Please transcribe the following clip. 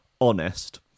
Honest